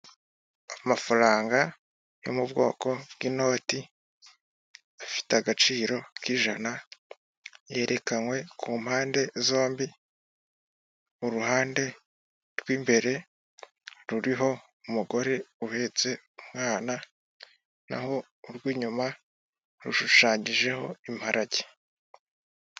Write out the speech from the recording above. Amafaranga yo mu bwoko bw'inoti, afite agaciro k'ijana, yerekanwe ku mpande zombi, uruhande rw'imbere ruriho umugore uhetse umwana, naho urw'inyuma rushushanyijeho imparage.